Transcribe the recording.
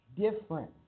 Different